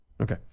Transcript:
Okay